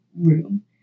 room